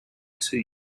two